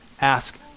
ask